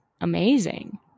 amazing